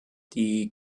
die